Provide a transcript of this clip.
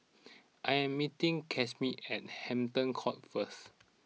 I am meeting Casimer at Hampton Court first